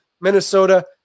Minnesota